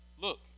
Look